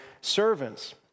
servants